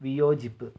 വിയോജിപ്പ്